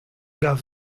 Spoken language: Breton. gav